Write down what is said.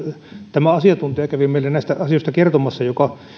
tämä asiantuntija kävi meille näistä asioista kertomassa joka